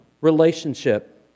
relationship